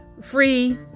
Free